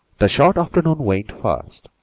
the short afternoon waned fast,